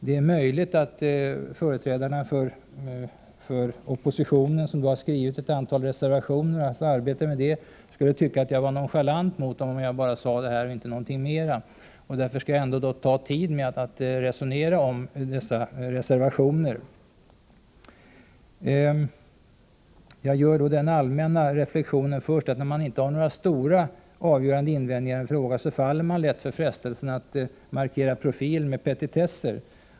Det är möjligt att företrädarna för oppositionen, som har haft arbete med att skriva ett antal reservationer, då skulle tycka att jag var nonchalant mot dem, och därför skall jag ta tid med att resonera om deras reservationer. Jag vill först göra den allmänna reflexionen att när man inte har några stora, avgörande invändningar i en fråga faller man lätt för frestelsen att markera profil med petitesser.